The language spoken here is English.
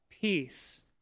peace